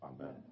Amen